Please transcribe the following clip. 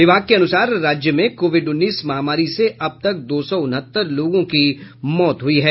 विभाग के अनुसार राज्य में कोविड उन्नीस महामारी से अब तक दो सौ उनहत्तर लोगों की मौत हुई है